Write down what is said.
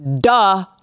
Duh